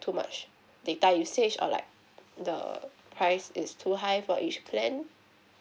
too much data usage or like the price is too high for each plan